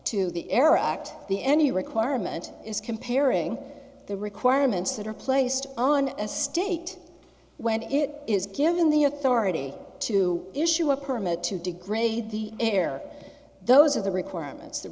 to the air act the any requirement is comparing the requirements that are placed on a state when it is given the authority to issue a permit to degrade the air those are the requirements the